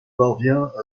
parvient